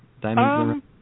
diamonds